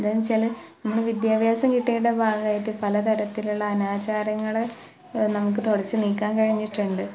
എന്താണെന്നു വച്ചാൽ നമ്മൾ വിദ്യാഭ്യാസം കിട്ടിയതിന്റെ ഭാഗമായിട്ട് പല തരത്തിലുള്ള അനാചാരങ്ങൾ നമ്മൾക്ക് തുടച്ചു നീക്കാന് കഴിഞ്ഞിട്ടുണ്ട്